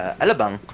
alabang